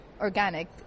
organic